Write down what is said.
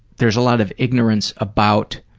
there's a lot of ignorance about